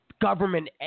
government